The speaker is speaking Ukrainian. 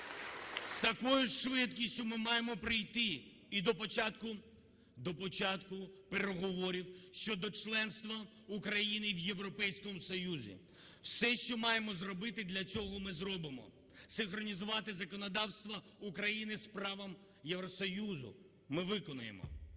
З такою ж швидкістю ми маємо прийти і до початку, до початку переговорів щодо членства України в Європейському Союзі. Все, що маємо зробити для цього, ми зробимо. Синхронізувати законодавство України з правом Євросоюзу – ми виконаємо.